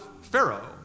Pharaoh